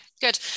good